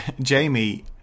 Jamie